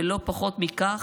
ולא פחות מכך.